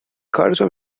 کارتو